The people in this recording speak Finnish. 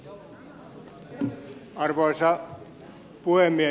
arvoisa puhemies